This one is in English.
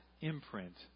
imprint